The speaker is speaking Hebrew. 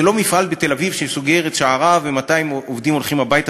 זה לא מפעל בתל-אביב שסוגר את שעריו ו-200 עובדים הולכים הביתה,